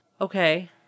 Okay